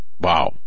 Wow